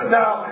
now